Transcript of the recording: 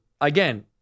again